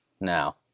now